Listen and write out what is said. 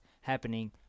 happening